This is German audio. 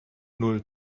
null